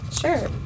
Sure